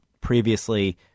previously